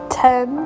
ten